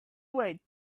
wade